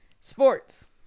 Sports